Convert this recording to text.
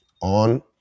on